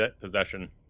possession